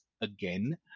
again